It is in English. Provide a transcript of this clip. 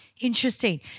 Interesting